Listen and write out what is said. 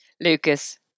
Lucas